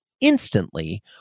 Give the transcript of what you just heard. instantly